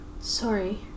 Sorry